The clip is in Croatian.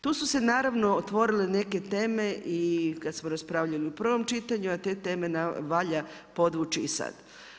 Tu su se naravno otvorile neke teme i kad smo raspravljali u prvom čitanju, a te teme valja podvući i sad.